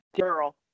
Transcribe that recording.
girl